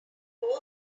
voice